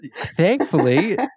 Thankfully